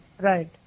Right